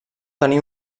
tenir